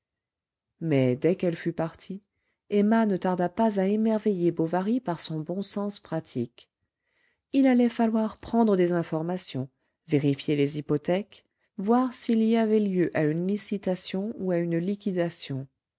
mais dès qu'elle fut partie emma ne tarda pas à émerveiller bovary par son bon sens pratique il allait falloir prendre des informations vérifier les hypothèques voir s'il y avait lieu à une licitation ou à une liquidation